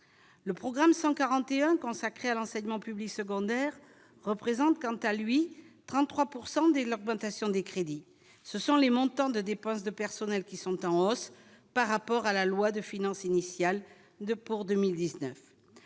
le programme 141 consacré à l'enseignement public secondaires représente quant à lui 33 pourcent des l'augmentation des crédits, ce sont les montants de dépenses de personnels qui sont en hausse par rapport à la loi de finances initiale de pour 2019,